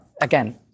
again